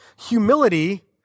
humility